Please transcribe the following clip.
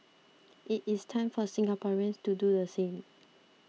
it is time for Singaporeans to do the same